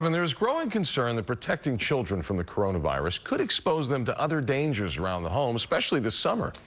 and there's growing concern that protecting children from the coronavirus could expose them to other dangers around the home, especially this summer.